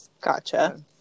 Gotcha